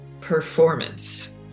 performance